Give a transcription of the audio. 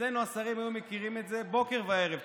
אצלנו השרים היו מכירים את זה בוקר וערב,